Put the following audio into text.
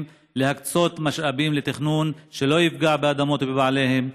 להקצות משאבים לתכנון שלא יפגע באדמות ובבעליהן,